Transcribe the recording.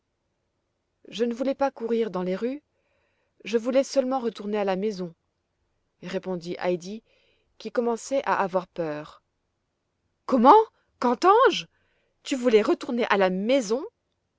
je ne voulais pas courir dans les rues je voulais seulement retourner à la maison répondit heidi qui commençait à avoir peur comment qu'entends-je tu voulais retourner à la maison